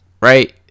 right